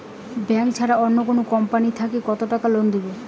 Bank ছাড়া অন্য কোনো কোম্পানি থাকি কত টাকা লোন দিবে?